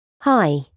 Hi